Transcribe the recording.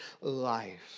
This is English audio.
life